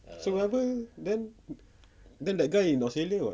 stoned revivals then then that guy in australia [what]